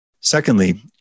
Secondly